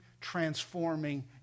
transforming